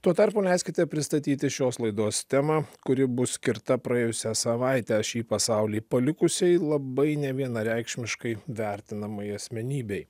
tuo tarpu leiskite pristatyti šios laidos temą kuri bus skirta praėjusią savaitę šį pasaulį palikusiai labai nevienareikšmiškai vertinamai asmenybei